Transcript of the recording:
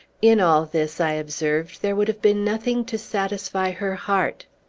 in all this, i observed, there would have been nothing to satisfy her heart.